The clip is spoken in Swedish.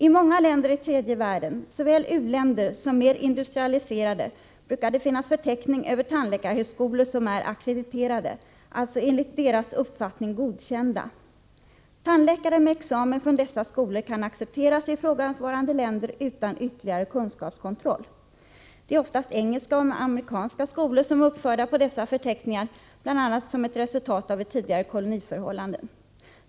I många länder i tredje världen, såväl u-länder som mer industrialiserade, brukar det finnas förteckningar över tandläkarhögskolor, som är ackrediterade, alltså enligt deras uppfattning godkända. Tandläkare med examen från dessa skolor kan accepteras i ifrågavarande länder utan ytterligare kunskapskontroll. Det är oftast engelska och amerikanska skolor som är uppförda på dessa förteckningar, bl.a. som ett resultat av ett tidigare koloniförhållande.